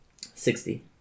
Sixty